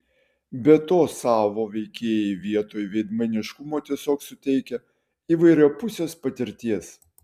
be to savo veikėjai vietoj veidmainiškumo tiesiog suteikia įvairiapusės patirties